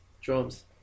Drums